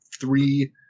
three